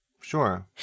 Sure